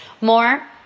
More